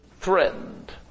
threatened